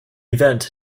event